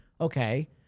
Okay